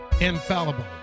infallible